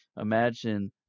Imagine